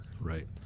Right